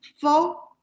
four